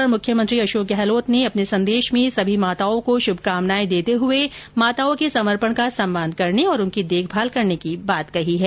इस अवसर पर मुख्यमंत्री अशोक गहलोत ने अपने संदेश में सभी माताओं को शुभकामनाएं देते हुए माताओं के समर्पण का सम्मान करने और उनकी देखभाल करने की बात कही है